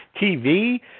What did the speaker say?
TV